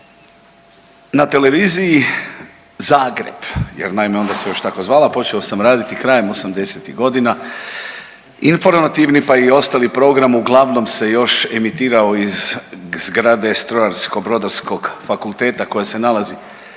na televiziji Zagreb jer naime onda se još tako zvala počeo sam raditi krajem '80.-ih godina. Informativni pa i ostali program uglavnom se još emitirao iz zgrade Strojarsko-brodarskog fakulteta koja se nalazi